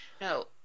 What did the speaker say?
no